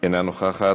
אינה נוכחת,